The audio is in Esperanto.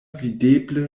videble